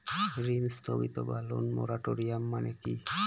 ঋণ স্থগিত বা লোন মোরাটোরিয়াম মানে কি?